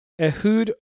Ehud